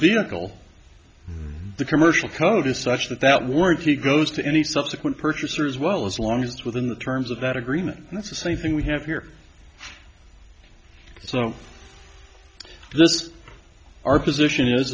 vehicle the commercial code is such that that work he goes to any subsequent purchasers well as long as it's within the terms of that agreement and that's the same thing we have here so this is our position